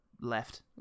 left